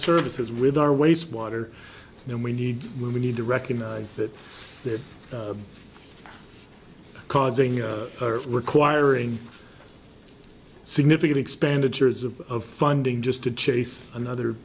services with our waste water and we need we need to recognize that they're causing requiring significant expenditures of of funding just to chase another